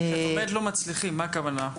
כשאת אומרת שלא מצליחים, מה הכוונה?